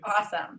Awesome